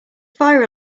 fire